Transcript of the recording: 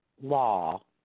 law